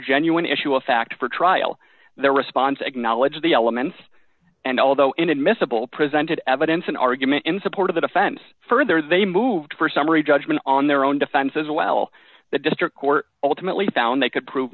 genuine issue of fact for trial their response acknowledged the elements and although inadmissible presented evidence an argument in support of the defense further they moved for summary judgment on their own defense as well the district court ultimately found they could prove